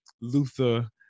Luther